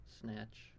snatch